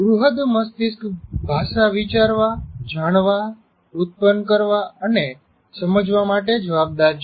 બૃહદ મસ્તિષ્ક ભાષા વિચારવા જાણવા ઉત્પન્ન કરવા અને સમજવા માટે જવાબદાર છે